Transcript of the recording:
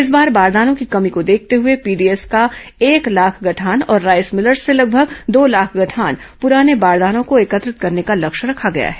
इस बार बारदानों की कमी को देखते हए पीडीएस का एक लाख गठान और राईस मिलर्स से लगभग दो लाख गठान पुराने बारदानों को एकत्रित करने का लक्ष्य रखा गया है